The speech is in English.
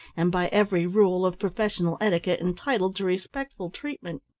and by every rule of professional etiquette entitled to respectful treatment.